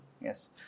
Yes